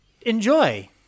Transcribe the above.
enjoy